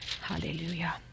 Hallelujah